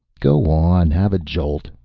go on, have a jolt,